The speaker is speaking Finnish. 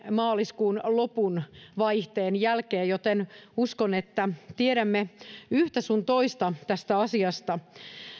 maaliskuun lopun jälkeen joten uskon että tiedämme yhtä sun toista tästä asiasta